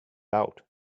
out